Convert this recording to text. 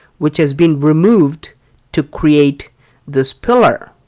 which has been removed to create this pillar.